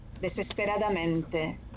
desesperadamente